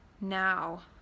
now